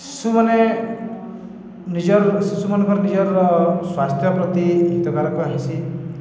ଶିଶୁମାନେ ନିଜର ଶିଶୁମାନଙ୍କର ନିଜର ସ୍ୱାସ୍ଥ୍ୟ ପ୍ରତି ହିତକାରକ ହେସି